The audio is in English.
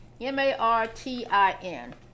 m-a-r-t-i-n